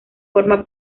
forma